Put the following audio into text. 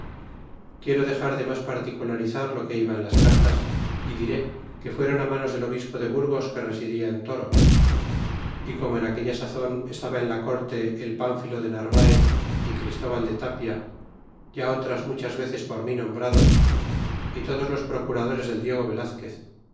quiero dexar de mas particularizar lo que iba en las cartas y diré que fuéron manos del obispo de burgos que residia en toro y como en aquella sazon estaba en la corte el pmphilo de narvaez y christóval de tapia ya otras muchas veces por mi nombrados y todos los procuradores del diego velazquez